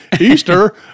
Easter